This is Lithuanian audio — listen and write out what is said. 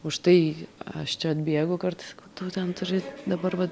už tai aš čia atbėgu kartais sakau tu ten turi dabar va